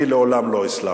אני לעולם לא אסלח.